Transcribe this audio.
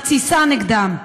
מתסיסה נגדם.